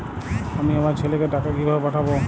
আমি আমার ছেলেকে টাকা কিভাবে পাঠাব?